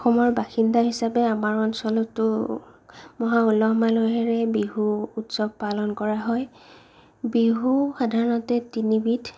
অসমৰ বাসিন্দা হিচাপে আমাৰ অঞ্চলতো মহা উলহ মালহেৰে বিহু উৎসৱ পালন কৰা হয় বিহু সাধাৰণতে তিনিবিধ